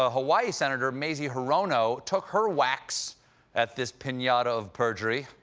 ah hawaii senator mazie hirono took her whacks at this pinata of perjury.